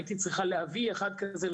הייתי צריכה להביא אחד כזה,